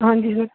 ਹਾਂਜੀ ਸਰ